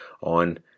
on